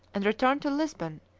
and returned to lisbon,